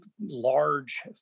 large